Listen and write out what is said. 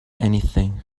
anything